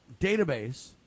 Database